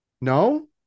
No